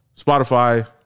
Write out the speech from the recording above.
spotify